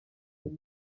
hose